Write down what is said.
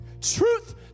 Truth